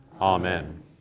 amen